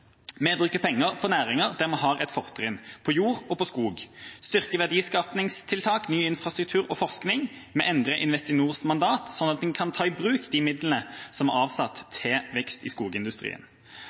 Vi bruker penger på næringer der vi har et fortrinn, på jord og på skog, styrker verdiskapingstiltak, ny infrastruktur og forskning. Vi endrer Investinors mandat, slik at en kan ta i bruk de midlene som er avsatt til vekst i skogindustrien.